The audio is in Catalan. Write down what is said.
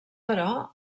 però